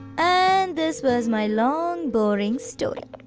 and this was my long boring story.